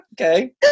Okay